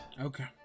Okay